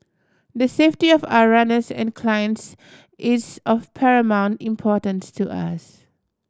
the safety of our runners and clients is of paramount importance to us